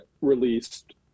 released